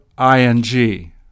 ing